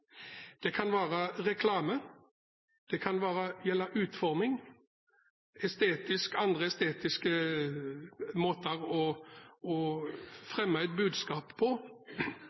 Det kan være reklame, det kan gjelde utforming, eller andre estetiske måter å fremme et budskap på.